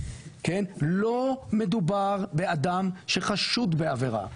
לא מדובר באדם שחשוד בעבירה,